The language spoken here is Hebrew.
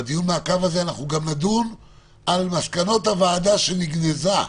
בדיון מעקב הזה אנחנו גם נדון על מסקנות הוועדה שנגנזה,